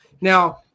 Now